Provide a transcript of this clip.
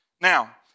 Now